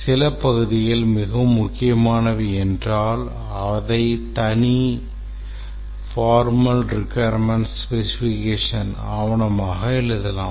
சில பகுதிகள் மிகவும் முக்கியமானவை என்றால் அதை தனி formal requirement specification ஆவணமாக எழுதலாம்